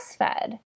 breastfed